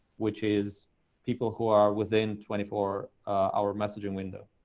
which is people who are within twenty four hour messaging window.